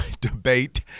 debate